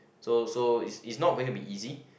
so so it's it's not gonna be easy